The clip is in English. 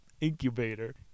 incubator